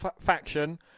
faction